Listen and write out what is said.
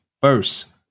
first